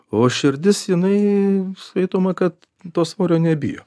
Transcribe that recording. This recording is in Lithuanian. o širdis jinai skaitoma kad to svorio nebijo